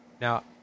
Now